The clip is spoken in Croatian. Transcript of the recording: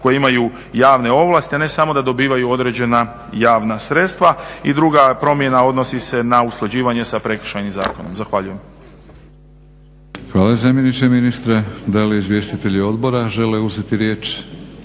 koja imaju javne ovlasti a ne samo da dobivaju određena javna sredstva i druga promjena odnosi se na usklađivanje sa Prekršajnim zakonom. Zahvaljujem. **Batinić, Milorad (HNS)** Hvala zamjeniče ministra. Da li izvjestitelji odbora žele uzeti riječ?